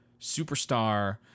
superstar